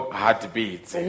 heartbeats